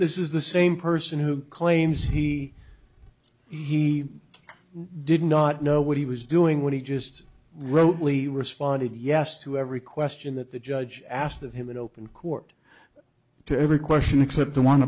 this is the same person who claims he he did not know what he was doing when he just wrote lee responded yes to every question that the judge asked of him in open court to every question except the one